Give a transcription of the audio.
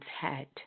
head